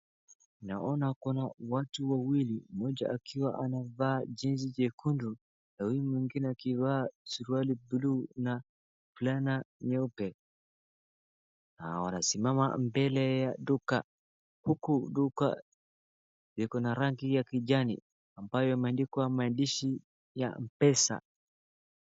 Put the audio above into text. Naona kuna watu wawili mmoja akiwa anavaa jezi jekundu na huyu mwingine akivaa suruali buluu na fulana nyeupe na wanasimama mbele ya duka huku duka ikona rangi ya kijani ambayo imeandikwa maandishi ya mpesa.